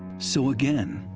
so, again,